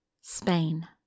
Spain